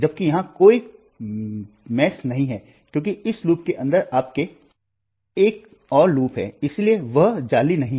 जबकि यह कोई जाली नहीं है क्योंकि इस लूप के अंदर आपके पास एक और लूप है इसलिए वह जाली नहीं है